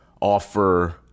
offer